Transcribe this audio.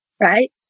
Right